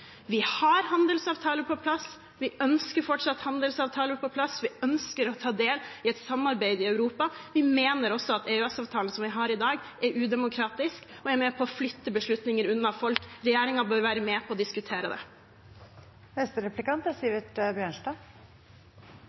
har en handelsavtale på plass, vi ønsker fortsatt en handelsavtale på plass, vi ønsker å ta del i et samarbeid i Europa. Vi mener også at EØS-avtalen som vi har i dag, er udemokratisk og er med på å flytte beslutninger unna folk. Regjeringen bør være med på å diskutere det. At SV er